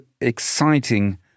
exciting